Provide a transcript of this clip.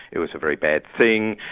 it was a very bad thing,